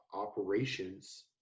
operations